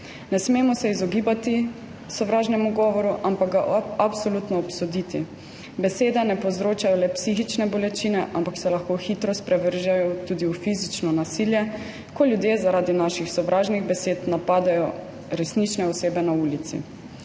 Ne smemo se izogibati sovražnemu govoru, ampak ga absolutno obsoditi. Besede ne povzročajo le psihične bolečine, ampak se lahko hitro sprevržejo tudi v fizično nasilje, ko ljudje zaradi naših sovražnih besed napadejo resnične osebe na ulici.